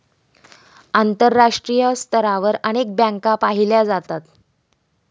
आंतरराष्ट्रीय स्तरावर अनेक बँका पाहिल्या जातात